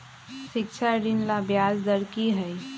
शिक्षा ऋण ला ब्याज दर कि हई?